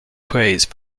praise